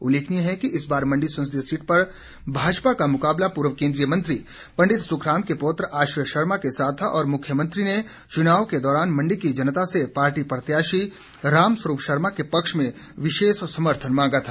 उल्लेखनीय है कि इस बार मंडी संसदीय सीट पर भाजपा का मुकाबला पूर्व केन्द्रीय मंत्री पंडित सुखराम के पौत्र आश्रय शर्मा के साथ था और मुख्यमंत्री ने चुनाव के दौरान मंडी की जनता से पार्टी प्रत्याशी रामस्वरूप शर्मा के पक्ष में विशेष समर्थन मांगा था